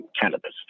cannabis